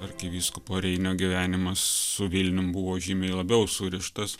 arkivyskupo reinio gyvenimas su vilnium buvo žymiai labiau surištas